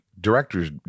Directors